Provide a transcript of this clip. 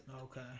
okay